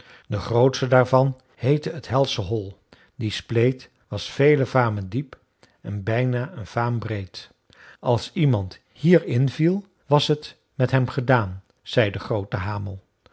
de grootste daarvan heette t helsche hol die spleet was vele vamen diep en bijna een vaam breed als iemand hier in viel was het met hem gedaan zei de groote hamel